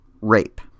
Rape